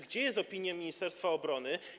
Gdzie jest opinia ministerstwa obrony?